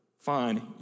fine